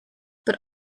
but